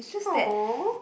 oh